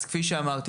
אז כפי שאמרתי,